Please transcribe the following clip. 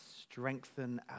strengthen